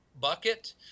bucket